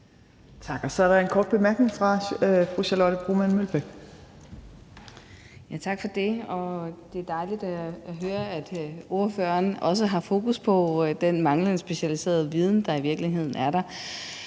Tak. Så er der en kort bemærkning fra fru Charlotte Broman Mølbæk. Kl. 21:27 Charlotte Broman Mølbæk (SF): Tak for det. Det er dejligt at høre, at ordføreren også har fokus på den manglende specialiserede viden, der i virkeligheden er der.